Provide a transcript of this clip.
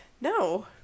no